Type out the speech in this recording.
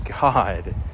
God